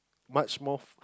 much more